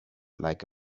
like